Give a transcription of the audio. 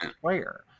player